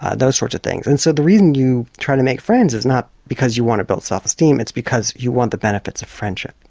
ah those sorts of things. and so the reason you try to make friends is not because you want to build self-esteem it's because you want the benefits of friendship.